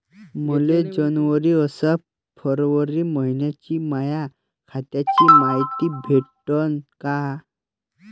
मले जनवरी अस फरवरी मइन्याची माया खात्याची मायती भेटन का?